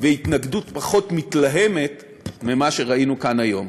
והתנגדות פחות מתלהמת ממה שראינו כאן היום.